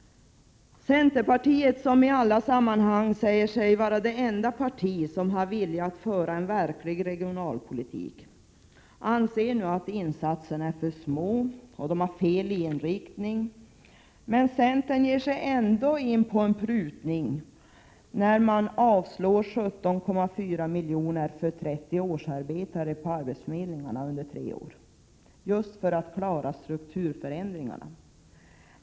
Centerpartiet, som i alla sammanhang säger sig vara det enda parti som har vilja att föra en verklig regionalpolitik, anser nu att insatserna är för små och har fel inriktning, men centern ger sig ändå på en prutning när man avstyrker 17,4 milj.kr. för 30 årsarbetare vid arbetsförmedlingarna under tre år just för att klara strukturförändringarna.